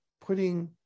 putting